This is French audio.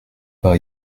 par